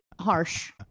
harsh